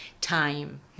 time